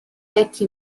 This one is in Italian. vecchi